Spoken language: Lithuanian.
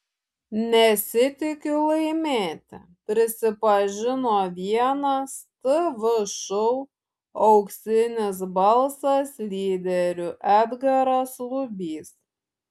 nesitikiu laimėti prisipažino vienas tv šou auksinis balsas lyderių edgaras lubys